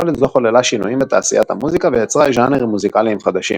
יכולת זו חוללה שינויים בתעשיית המוזיקה ויצרה ז'אנרים מוזיקליים חדשים.